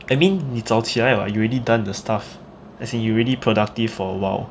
I mean 你早起来 [what] you already done the stuff as in you already productive for a while